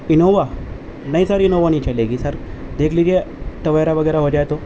Innova نہیں sir Innova نہیں چلے گی سر دیکھ لیجیے ٹویرا وغیرہ ہوجائے تو